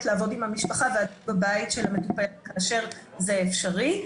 לעבוד עם המשפחה בבית של המטופלת כאשר זה אפשרי.